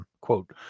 quote